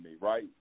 right